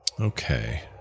Okay